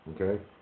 Okay